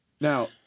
Now